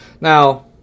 Now